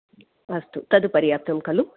अस्तु तद् पर्याप्तं खलु